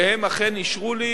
והם אכן אישרו לי